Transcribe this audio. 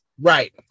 Right